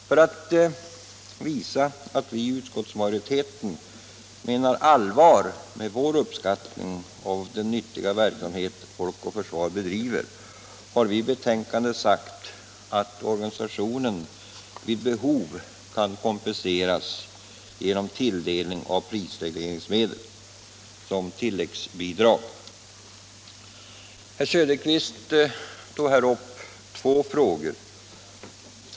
För att visa att vi i utskottsmajoriteten menar allvar med vår uppskattning av den nyttiga verksamhet Folk och försvar bedriver har vi i betänkandet sagt att organisationen vid behov kan kompenseras genom tilldelning av prisregleringsmedel som tilläggsbidrag. Herr Söderqvist tog upp två frågor.